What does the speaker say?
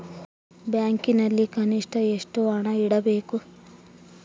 ಬ್ಯಾಂಕಿನಲ್ಲಿ ಕನಿಷ್ಟ ಎಷ್ಟು ಹಣ ಇಡಬೇಕು?